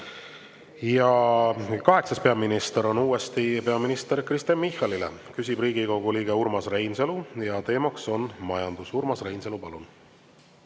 Ja [seitsmes küsimus] on uuesti peaminister Kristen Michalile. Küsib Riigikogu liige Urmas Reinsalu ja teema on majandus. Urmas Reinsalu, palun!